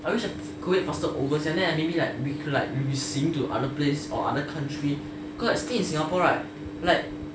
I wish COVID faster sia then maybe like we could 旅行 to other place or other country cause I stay in singapore right I like